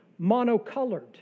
monocolored